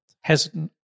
hesitant